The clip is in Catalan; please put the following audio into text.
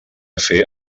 fer